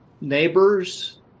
neighbors